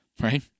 right